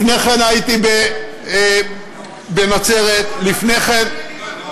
לפני כן הייתי בנצרת, לפני כן, נכון.